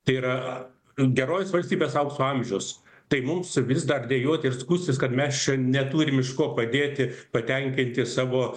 tai yra gerovės valstybės aukso amžius tai mums vis dar dejuoti ir skųstis kad mes čia neturim iš ko padėti patenkinti savo